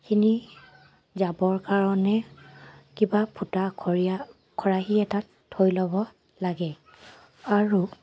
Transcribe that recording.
খিনি যাবৰ কাৰণে কিবা ফুটাখৰীয়া খৰাহী এটাত থৈ ল'ব লাগে আৰু